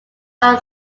how